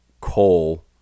coal